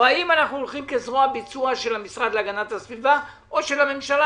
או האם אנחנו הולכים כזרוע ביצוע של המשרד להגנת הסביבה או של הממשלה,